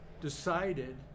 decided